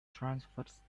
transverse